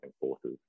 forces